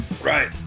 Right